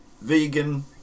vegan